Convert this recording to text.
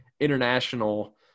international